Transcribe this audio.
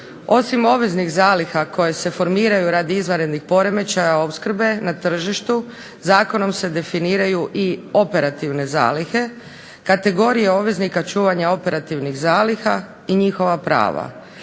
Osim obveznih zaliha koje se formiraju radi izvanrednih poremećaja opskrbe na tržištu zakonom se definiraju i operativne zalihe, kategorije obveznika čuvanja operativnih zaliha i njihova prava.